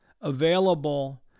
available